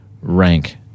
rank